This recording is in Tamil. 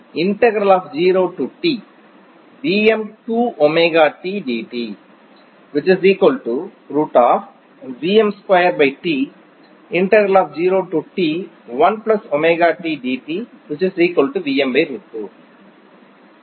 இது ஏன் RMS